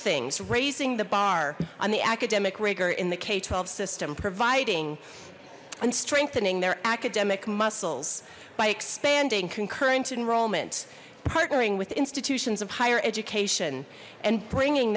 things raising the bar on the academic rigor in the k twelve system providing and strengthening their academic muscles by expanding concurrent enrollment partnering with institutions of higher education and bringing